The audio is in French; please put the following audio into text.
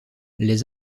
les